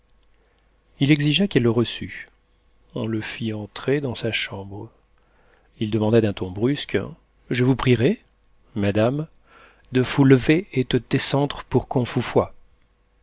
il exigea qu'elle le reçût on le fit entrer dans sa chambre il demanda d'un ton brusque je vous prierai matame de fous lever et de tescentre pour qu'on fous foie